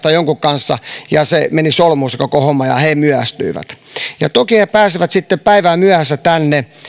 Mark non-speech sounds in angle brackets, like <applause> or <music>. <unintelligible> tai jonkun kanssa ja se koko homma meni solmuun ja he myöhästyivät toki he pääsivät sitten päivän myöhässä tänne